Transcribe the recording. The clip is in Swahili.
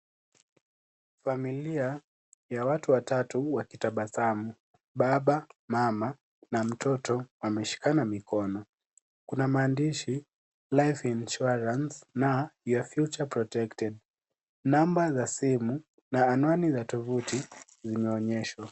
Familia ya watu watatu wakitabasamu. Baba, mama na mtoto wameshikana mikono. Kuna maandishi life insurance na your future protected . Namba za simu na anwani za tuvuti zimeonyeshwa.